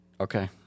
Okay